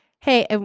hey